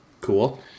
Cool